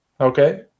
Okay